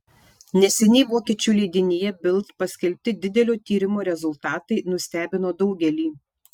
neseniai vokiečių leidinyje bild paskelbti didelio tyrimo rezultatai nustebino daugelį